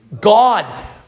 God